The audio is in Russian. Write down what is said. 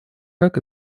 как